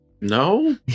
No